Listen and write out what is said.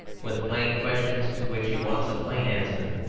with plain questions to which he wants a plain answer.